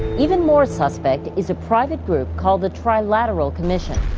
even more suspect is a private group called the trilateral commission.